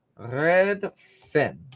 Redfin